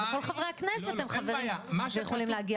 כל חברי הכנסת יכולים להגיע.